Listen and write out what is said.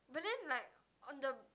but then like on the